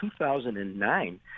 2009